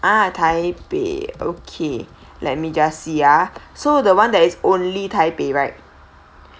ah taipei okay let me just ah so the one that is only taipe right